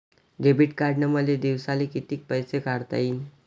Debit कार्डनं मले दिवसाले कितीक पैसे काढता येईन?